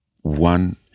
one